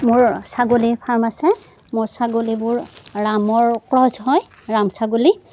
মোৰ ছাগলী ফাৰ্ম আছে মোৰ ছাগলীবোৰ ৰামৰ ক্ৰচ হয় ৰাম ছাগলী